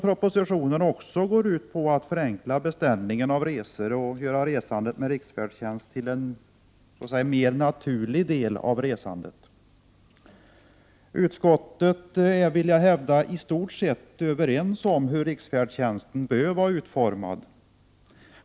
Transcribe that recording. Propositionen syftar också till att förenkla beställningar av resor och till att göra resandet med riksfärdtjänst till en mer naturlig del av resandet. Utskottet är, vill jag hävda, i stort sett överens om hur riksfärdtjänsten bör vara utformad.